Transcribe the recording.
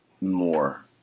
more